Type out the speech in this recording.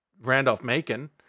Randolph-Macon